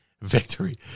victory